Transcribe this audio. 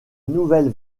nouvelle